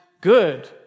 good